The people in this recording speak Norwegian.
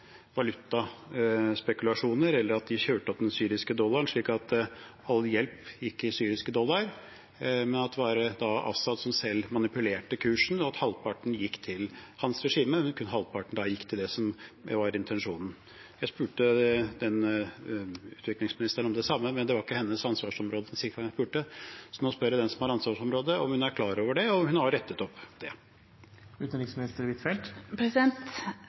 valutaspekulasjoner eller at de kjørte opp den syriske dollaren. Så all hjelp gikk i syriske dollar, men det var Assad som selv manipulerte kursen, og halvparten gikk til hans regime, mens kun den andre halvparten gikk til det som var intensjonen. Jeg spurte utviklingsministeren om det samme, men det var ikke hennes ansvarsområde, så når spør jeg den som har ansvaret, om hun er klar over det, og om hun har rettet det opp. Det